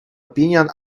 opinion